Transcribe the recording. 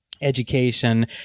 education